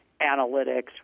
analytics